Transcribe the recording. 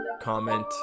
comment